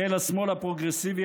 החל השמאל הפרוגרסיבי,